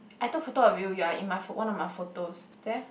I took photo of you you are in my one one of my photos there